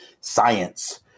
science